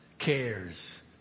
Cares